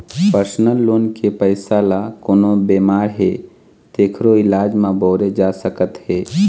personal loan के पइसा ल कोनो बेमार हे तेखरो इलाज म बउरे जा सकत हे